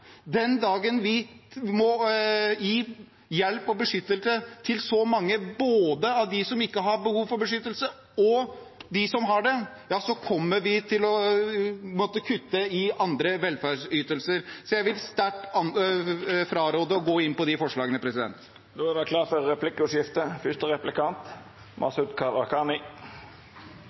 Den dagen vi må gi hjelp og beskyttelse til så mange både av dem som ikke har behov for beskyttelse, og dem som har det, kommer vi til å måtte kutte i andre velferdsytelser, så jeg vil sterkt fraråde å gå inn på de forslagene. Det vert replikkordskifte. Fremskrittspartiet snakker mest om innvandringspolitikk, og det må være